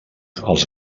els